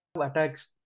attacks